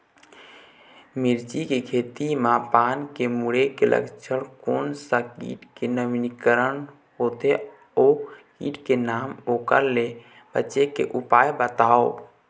मिर्ची के खेती मा पान के मुड़े के लक्षण कोन सा कीट के नवीनीकरण होथे ओ कीट के नाम ओकर ले बचे के उपाय बताओ?